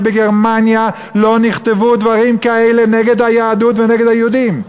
שבגרמניה לא נכתבו דברים כאלה נגד היהדות ונגד היהודים.